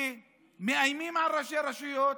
כי מאיימים על ראשי רשויות,